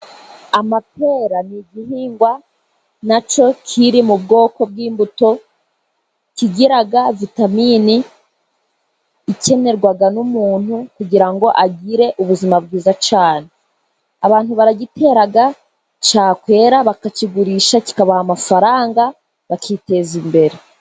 Amapera ni igihingwa na cyo kiri mu bwoko bw'imbuto, kigira vitamini ikenerwa n'umuntu kugira ngo agire ubuzima bwiza cyane. Abantu baragitera cyakwera bakakigurisha kikabaha amafaranga bakiteza imbere.